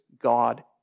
God